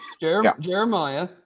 Jeremiah